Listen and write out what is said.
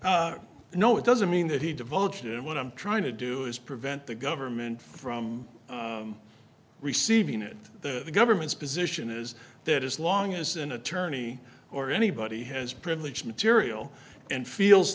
divulged no it doesn't mean that he divulge it when i'm trying to do is prevent the government from receiving it the government's position is that as long as an attorney or anybody has privilege material and feels